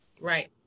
Right